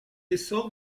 essor